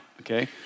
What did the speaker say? Okay